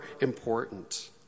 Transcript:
important